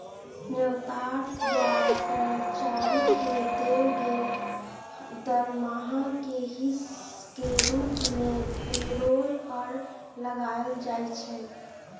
नियोक्ता द्वारा कर्मचारी के देल गेल दरमाहा के हिस के रूप में पेरोल कर लगायल जाइ छइ